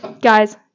guys